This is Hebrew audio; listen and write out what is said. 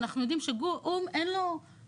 אנחנו יודעים שלאו"ם אין מכרות,